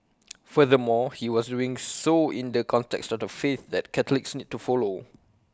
furthermore he was doing so in the context of the faith that Catholics need to follow